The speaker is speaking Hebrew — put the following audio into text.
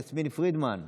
חברת הכנסת יסמין פרידמן,